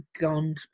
gone